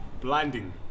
blinding